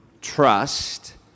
trust